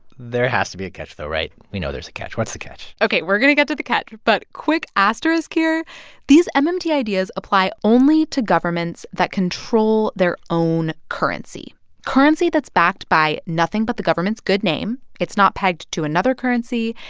there has to be a catch though, right? we know there's a catch. what's the catch? ok. we're going to get to the catch, but quick asterisk here these um um mmt ideas apply only to governments that control their own currency currency that's backed by nothing but the government's good name. it's not pegged to another currency.